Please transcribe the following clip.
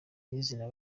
nyirizina